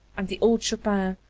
and the old chopin,